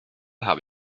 habe